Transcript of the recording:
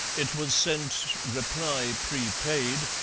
it was sent reply prepaid,